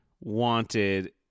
wanted